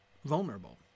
Vulnerable